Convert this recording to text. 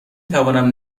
توانم